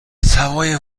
سوای